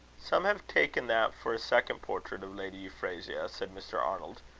some have taken that for a second portrait of lady euphrasia, said mr. arnold,